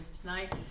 tonight